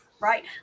right